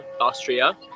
Austria